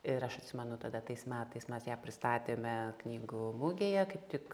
ir aš atsimenu tada tais metais mes ją pristatėme knygų mugėje kaip tik